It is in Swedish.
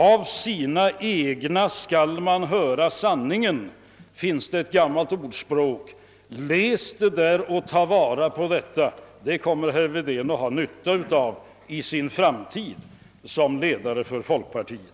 Av sina egna skall man höra sanningen, lyder ett. gammalt ordspråk. Läs detta och begrunda det! Det kommer herr Wedén att ha nytta av i framtiden som ledare för folkpartiet.